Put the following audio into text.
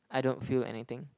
I don't feel anything